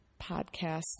podcast